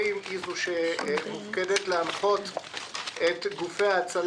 אי אפשר שהאמירות הללו יחזרו בכל